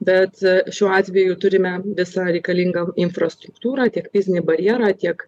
bet šiuo atveju turime visą reikalingą infrastruktūrą tiek fizinį barjerą tiek